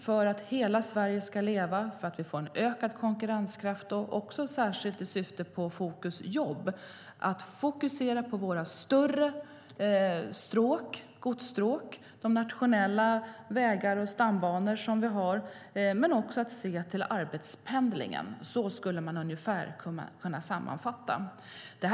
För att hela Sverige ska leva, för en ökad konkurrenskraft och särskilt för jobben är det viktigt att ha fokus på våra större stråk, godsstråk, nationella vägar och stambanor men också att se till arbetspendlingen. Ungefär så skulle man kunna sammanfatta det.